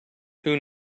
who